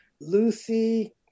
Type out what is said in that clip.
Lucy